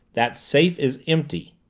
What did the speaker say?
that safe is empty.